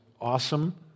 awesome